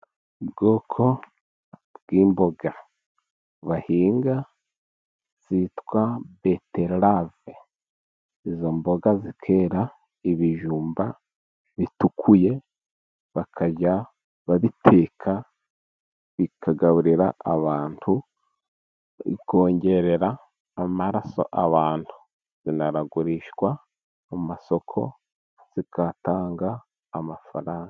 Ubwoko bw'imboga bahinga zitwa betirave, izo mboga zikera ibijumba bitukuye, bakajya babiteka bikagaburira abantu, bikongerera amaraso abantu, binaragurishwa mu masoko, zigatanga amafaranga.